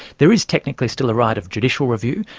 there is technically still a right of judicial review,